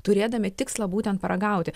turėdami tikslą būtent paragauti